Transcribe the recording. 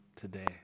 today